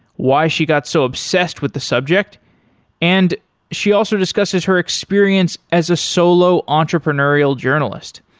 why she got so obsessed with the subject and she also discusses her experience as a solo entrepreneurial journalist,